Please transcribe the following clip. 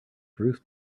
bruce